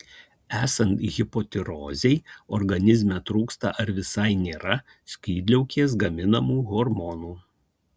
esant hipotirozei organizme trūksta ar visai nėra skydliaukės gaminamų hormonų